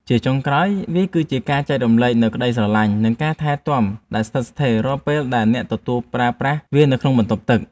ជាចុងក្រោយ វាគឺជាការចែករំលែកនូវក្ដីស្រឡាញ់ និងការថែទាំដែលស្ថិតស្ថេររាល់ពេលដែលអ្នកទទួលប្រើប្រាស់វានៅក្នុងបន្ទប់ទឹក។